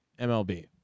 MLB